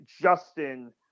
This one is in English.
Justin